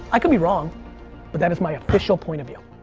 i could be wrong but that is my official point of view.